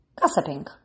gossiping